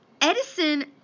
Edison